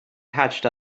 patched